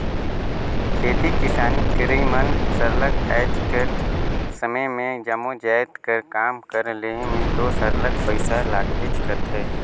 खेती किसानी करई में सरलग आएज कर समे में जम्मो जाएत कर काम कर लेहे में दो सरलग पइसा लागबेच करथे